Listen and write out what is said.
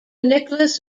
nicholas